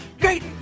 great